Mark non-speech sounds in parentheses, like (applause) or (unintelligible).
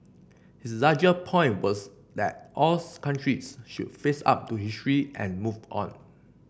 his larger point was that all (unintelligible) countries should face up to history and move on